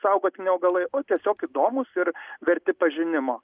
saugotini augalai o tiesiog įdomūs ir verti pažinimo